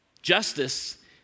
Justice